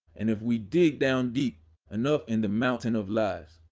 and if we dig down deep enough in the mountain of lies,